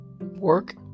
Work